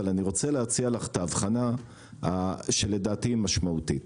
אבל אני רוצה להציע לך את ההבחנה שלדעתי היא משמעותית.